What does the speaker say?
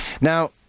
Now